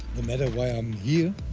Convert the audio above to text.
the matter, why i'm here.